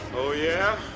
oh, yeah?